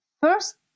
first